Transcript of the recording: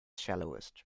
shallowest